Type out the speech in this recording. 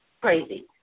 crazy